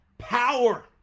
power